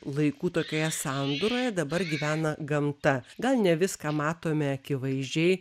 laikų tokioje sandūroje dabar gyvena gamta gal ne viską matome akivaizdžiai